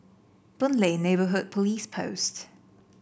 Boon Lay Neighbourhood Police Post